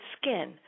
skin